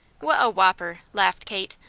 what a whopper! laughed kate.